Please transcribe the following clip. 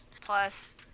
plus